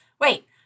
Wait